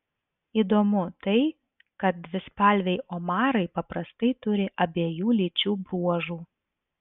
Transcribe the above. įdomu tai kad dvispalviai omarai paprastai turi abiejų lyčių bruožų